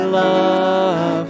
love